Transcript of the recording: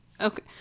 Okay